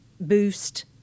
boost